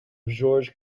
georges